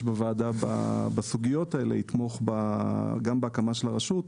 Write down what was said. בוועדה בסוגיות האלה יתמוך גם בהקמה של הרשות,